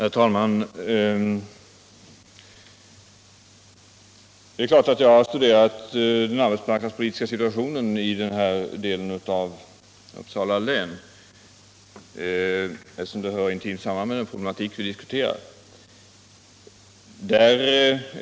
Herr talman! Det är klart att jag har studerat den arbetsmarknadspolitiska situationen i den här delen av Uppsala län, eftersom den hör intimt samman med den problematik vi diskuterar.